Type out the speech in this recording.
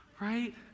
right